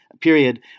period